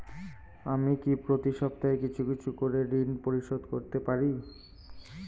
আমি কি প্রতি সপ্তাহে কিছু কিছু করে ঋন পরিশোধ করতে পারি?